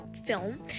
film